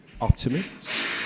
optimists